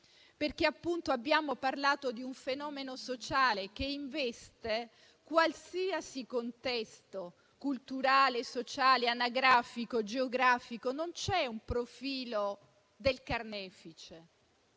nostre figlie? Abbiamo parlato di un fenomeno sociale che investe qualsiasi contesto culturale, sociale, anagrafico e geografico; non c'è un profilo del carnefice.